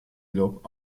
lob